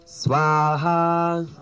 swaha